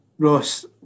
Ross